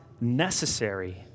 necessary